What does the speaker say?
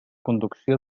conducció